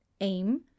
Aim